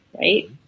right